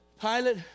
Pilate